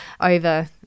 over